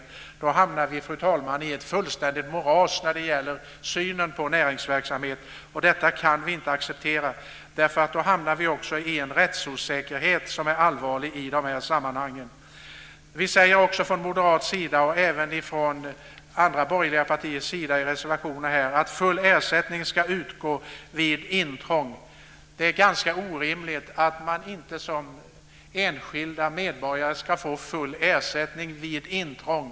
I så fall hamnar vi, fru talman, i ett fullständigt moras i fråga om synen på näringsverksamhet. Detta kan vi inte acceptera, eftersom vi då också skulle hamna i en allvarlig rättsosäkerhet. Från moderat och även från andra borgerliga partiers sida yrkar vi i reservationer på att full ersättning ska utgå vid intrång. Det är orimligt att enskilda medborgare inte ska få full ersättning vid intrång.